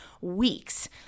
weeks